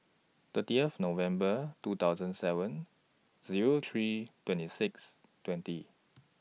thirtieth November two thousand seven Zero three twenty six twenty